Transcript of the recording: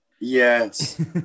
Yes